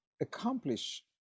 accomplish